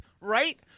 Right